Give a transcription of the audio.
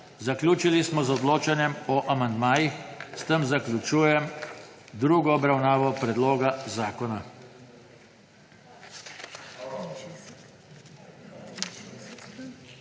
Zaključili smo z odločanjem o amandmajih. S tem zaključujem drugo obravnavo predloga zakona.